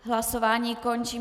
Hlasování končím.